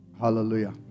Hallelujah